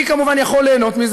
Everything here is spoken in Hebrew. מי כמובן יכול ליהנות מזה?